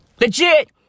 Legit